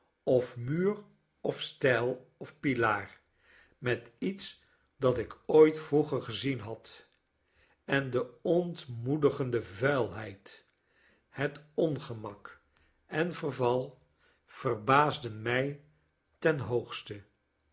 of muur of stijl of pilaar met iets dat ik ooit vroeger gezien had en de ontmoedigende vuilheid het ongemak en verval verbaasden mij ten hoogste